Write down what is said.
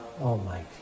Almighty